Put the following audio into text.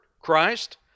Christ